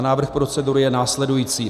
Návrh procedury je následující.